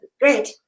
Great